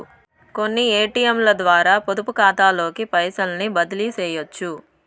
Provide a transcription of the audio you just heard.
కొన్ని ఏటియంలద్వారా పొదుపుకాతాలోకి పైసల్ని బదిలీసెయ్యొచ్చు